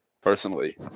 personally